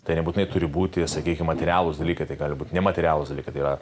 tai nebūtinai turi būti sakykim materialūs dalykai tai gali būti nematerialūs dalykai tai yra